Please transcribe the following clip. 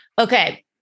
Okay